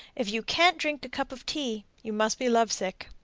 if you can't drink a cup of tea, you must be love-sick.